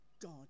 God